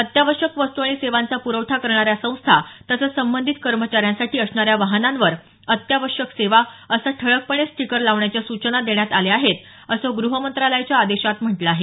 अत्यावश्यक वस्तू आणि सेवांचा पुरवठा करणाऱ्या संस्था तसंच संबंधित कर्मचाऱ्यांसाठी असणाऱ्या वाहनांवर अत्यावश्यक सेवा असं ठळकपणे स्टिकर लावण्याच्या सूचना देण्यात आल्या आहेत असं गृह मंत्रालयाच्या आदेशात म्हटलं आहे